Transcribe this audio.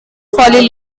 folly